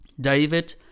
David